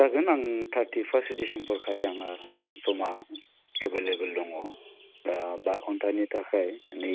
जागोन आं थारटि फार्स्ट डिसिम्बरखालि आंहा समा एबेललेबोल दङ ओह बा घन्टानि थाखाय मानि